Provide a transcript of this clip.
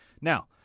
Now